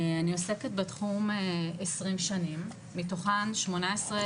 אני עוסקת בתחום עשרים שנים מתוכן שמונה עשרה